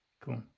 Cool